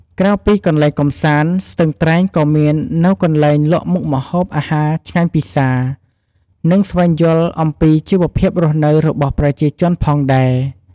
ក្រៅពីកន្លែងកំសាន្ត ស្ទឹងត្រែងក៏មាននូវកន្លែងលក់មុខម្ហូបអាហារឆ្ងាញ់ពិសារ និងស្វែងយល់អំពីជីវភាពរស់នៅរបស់ប្រជាជនផងដែរ។